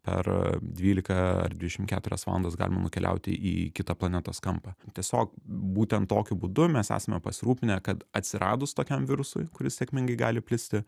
per dvylika ar dvidešimt keturias valandas galima nukeliauti į kitą planetos kampą tiesiog būtent tokiu būdu mes esame pasirūpinę kad atsiradus tokiam virusui kuris sėkmingai gali plisti